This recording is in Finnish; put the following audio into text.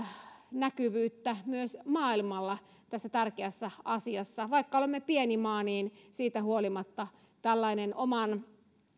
näkyvyyttä myös maailmalla tässä tärkeässä asiassa vaikka olemme pieni maa niin siitä huolimatta oman